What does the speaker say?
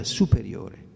superiore